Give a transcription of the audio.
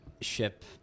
ship